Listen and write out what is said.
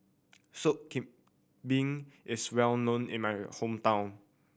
Sop Kambing is well known in my hometown